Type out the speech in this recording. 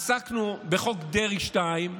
עסקנו בכך, חוק דרעי 2,